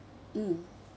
mm